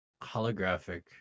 holographic